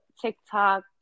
TikTok